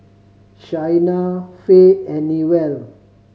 Shaina Fae and Newell